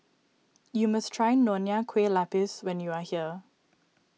you must try Nonya Kueh Lapis when you are here